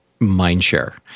mindshare